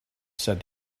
said